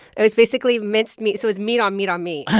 it was basically minced meat, so it was meat on meat on meat.